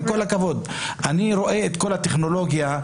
עם כל הכבוד אני רואה את כל הטכנולוגיה,